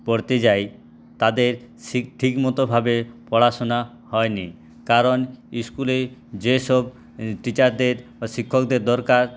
পড়তে যায় তাদের সি ঠিকমতোভাবে পড়াশোনা হয়নি কারণ ইস্কুলে যেসব টিচারদের শিক্ষকদের দরকার